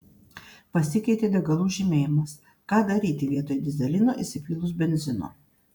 pasikeitė degalų žymėjimas ką daryti vietoj dyzelino įsipylus benzino